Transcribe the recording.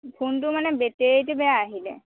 ফোনটো মানে বেটেৰীটো বেয়া আহিলে